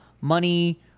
money